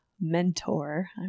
mentor